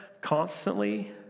constantly